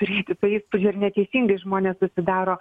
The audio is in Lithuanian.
turėti tą įspūdi ir neteisingai žmonės užsidaro